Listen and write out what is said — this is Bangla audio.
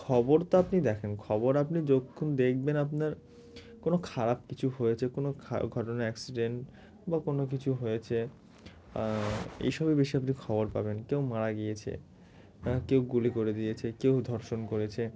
খবর তো আপনি দেখেন খবর আপনি যখন দেখবেন আপনার কোনো খারাপ কিছু হয়েছে কোনো খা ঘটনা অ্যাক্সিডেন্ট বা কোনো কিছু হয়েছে এইসবই বেশি আপনি খবর পাবেন কেউ মারা গিয়েছে কেউ গুলি করে দিয়েছে কেউ ধর্ষণ করেছে